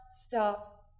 stop